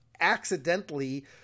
accidentally